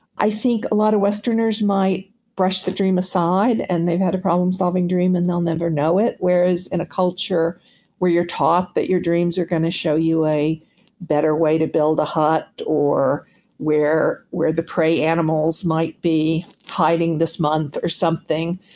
i think a lot of westerners might brush the dream aside and they've had a problem-solving dream and they'll never know it whereas in a culture where you're taught that your dreams are going to show you a better way to build a hut or where where the prey animals might be hiding this month or something.